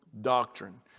doctrine